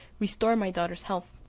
restore my daughter's health.